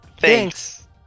Thanks